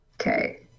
Okay